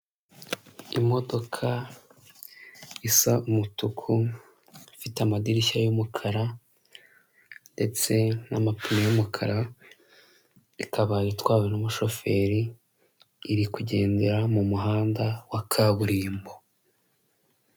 Imodoka isa umutuku ifite amadirishya y'umukara ndetse n'amapine y'umukara ikaba itwawe n'umushoferi iri kugendera mu muhanda wa kaburimbo.